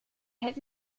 hätte